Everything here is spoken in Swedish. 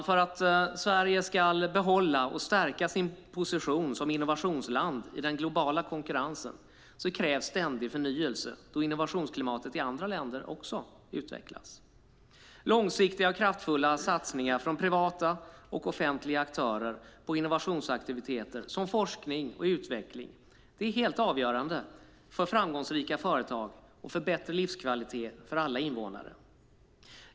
För att Sverige ska behålla och stärka sin position som innovationsland i den globala konkurrensen krävs ständig förnyelse eftersom innovationsklimatet i andra länder också utvecklas. Långsiktiga och kraftfulla satsningar från privata och offentliga aktörer på innovationsaktiviteter som forskning och utveckling är helt avgörande för framgångsrika företag och för bättre livskvalitet för alla invånare.